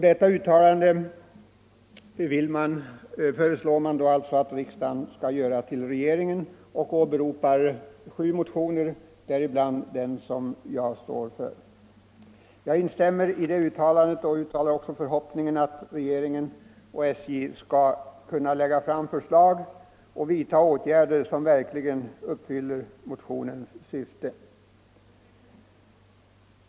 Detta uttalande föreslår utskottet att riksdagen ger regeringen till känna, och utskottet åberopar sju motioner, däribland motionen 1494 där jag står som första namn. Jag instämmer i det uttalandet och hoppas att regeringen och SJ skall kunna lägga fram förslag och vidta åtgärder som uppfyller motionens syfte.